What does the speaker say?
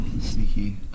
Sneaky